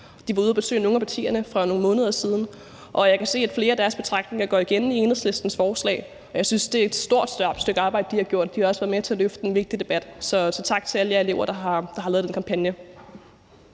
De var ude at besøge nogle af partierne for nogle måneder siden, og jeg kan se, at flere af deres betragtninger går igen i Enhedslistens forslag. Jeg synes, det er et stort stykke arbejde, de har gjort, og de har også været med til at løfte en vigtig debat – så tak til alle jer elever, der har lavet den kampagne.